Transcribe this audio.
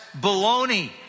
baloney